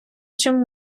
чим